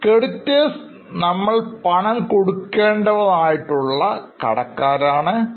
Creditors നമ്മൾ പണം കൊടുക്കേണ്ടവർ ആയിട്ടുള്ള കടക്കാരെ പ്രതിനിധീകരിക്കുന്നു